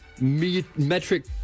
metric